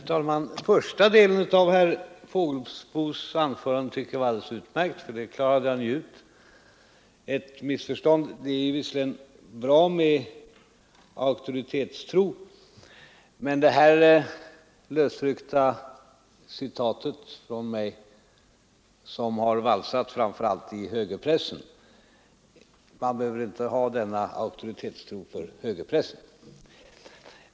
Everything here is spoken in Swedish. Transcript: Herr talman! Första delen av herr Fågelsbos anförande tycker jag var alldeles utmärkt, för där klarade han ut ett missförstånd. Det är visserligen bra med auktoritetstro, men det här lösryckta citatet av mig har valsat runt framför allt i högerpressen, och man behöver inte ha denna auktoritetstro på högerpressen.